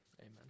Amen